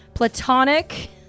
platonic